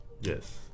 Yes